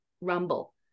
rumble